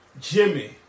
Jimmy